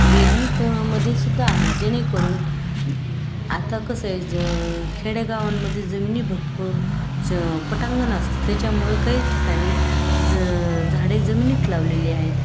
वेली प मध्ये सुद्धा आहेत जेणेकरून आता कसं आहे ज खेडेगावांमध्ये जमिनी भरपूर च पटांंगण असतं त्याच्यामुळं काही ठिकाणी ज झाडे जमिनीत लावलेले आहेत